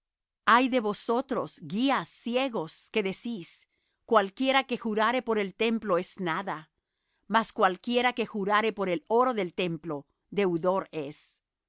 ay de vosotros guías ciegos que decís cualquiera que jurare por el templo es nada mas cualquiera que jurare por el oro del templo deudor es